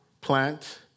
plant